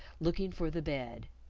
looking for the bed.